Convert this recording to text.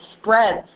spreads